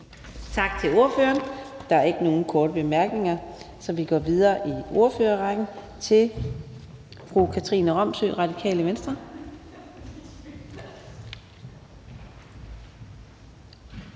Tak til ordføreren. Der er ikke nogen korte bemærkninger. Så vi går videre i ordførerrækken til fru Katrine Robsøe, Radikale Venstre.